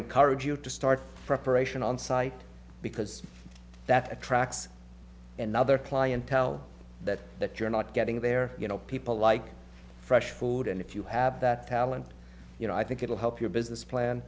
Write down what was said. encourage you to start preparation on site because that attracts another clientele that that you're not getting there you know people like fresh food and if you have that talent you know i think it will help your business plan